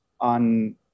on